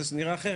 זה נראה אחרת.